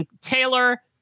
Taylor